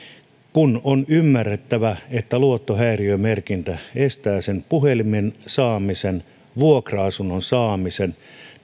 on ymmärrettävä että luottohäiriömerkintä estää sen puhelimen saamisen vuokra asunnon saamisen